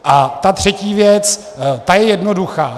A ta třetí věc je jednoduchá.